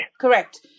Correct